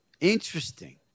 Interesting